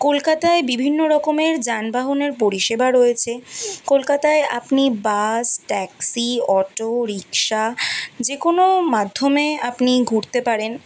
কলকাতায় বিভিন্ন রকমের যানবাহনের পরিষেবা রয়েছে কলকাতায় আপনি বাস ট্যাক্সি অটো রিকশা যে কোনো মাধ্যমে আপনি ঘুরতে পারেন